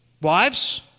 wives